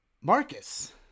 Marcus